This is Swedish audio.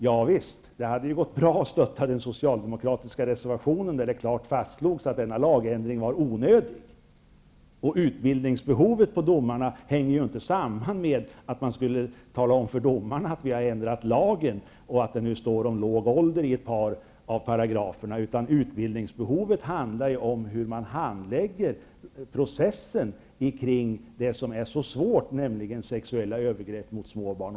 Javisst, det hade gått bra att stötta den socialdemokratiska reservationen där det klart fastslogs att den lagändringen var onödig. Domstolarnas utbildningsbehov hänger inte samman med att vi skulle behöva tala om för domarna att vi har ändrat lagen och att det nu står om låg ålder i ett par av paragraferna. Utbildingsbehovet handlar om hur man handlägger processen kring det som är så svårt, nämligen sexuella övergrepp mot små barn.